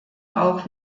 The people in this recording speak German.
auch